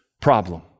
problem